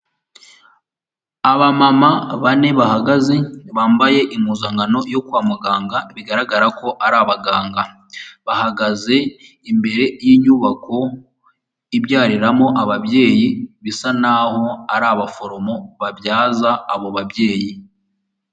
Abamama bane bahagaze bambaye impuzankano yo kwa muganga bigaragara ko ari abaganga, bahagaze imbere y'inyubako ibyariramo ababyeyi bisa nk'aho ari abaforomo babyaza abo babyeyi.